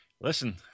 listen